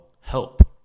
help